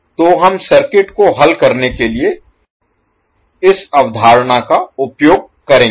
तो हम सर्किट को हल करने के लिए इस अवधारणा का उपयोग करेंगे